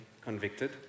convicted